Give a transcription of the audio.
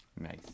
Nice